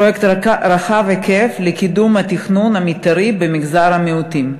פרויקט רחב היקף לקידום התכנון המתארי במגזר המיעוטים.